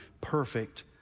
perfect